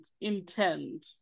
intend